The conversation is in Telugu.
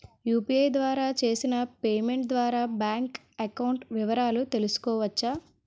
యు.పి.ఐ ద్వారా చేసిన పేమెంట్ ద్వారా బ్యాంక్ అకౌంట్ వివరాలు తెలుసుకోవచ్చ?